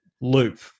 loop